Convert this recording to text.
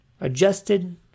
adjusted